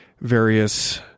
various